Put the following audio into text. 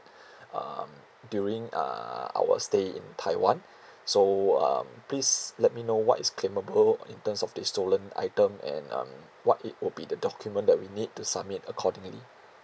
um during uh our stay in taiwan so um please let me know what is claimable in terms of the stolen item and um what it would be the document that we need to submit accordingly